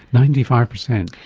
ninety five percent?